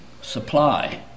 supply